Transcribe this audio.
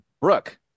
Brooke